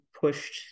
pushed